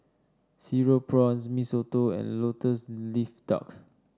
Cereal Prawns Mee Soto and lotus leaf duck